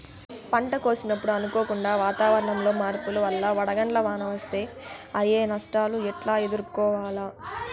పంట కోసినప్పుడు అనుకోకుండా వాతావరణంలో మార్పుల వల్ల వడగండ్ల వాన వస్తే అయ్యే నష్టాలు ఎట్లా ఎదుర్కోవాలా?